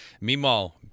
Meanwhile